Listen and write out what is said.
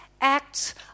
acts